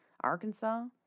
Arkansas